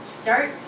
start